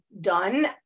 done